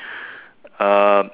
um